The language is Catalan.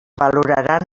valoraran